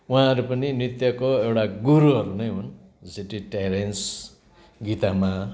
उहाँहरू पनि नृत्यको एउटा गुरुहरू नै हुन् जस्तै टेरेन्स गीता माँ